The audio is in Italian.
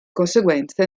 conseguenze